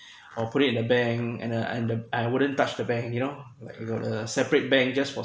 I'll put it in the bank and uh and the I wouldn't touch the bank you know like I got uh separate bank just for